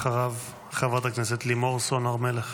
אחריו, חברת הכנסת לימור סון הר מלך.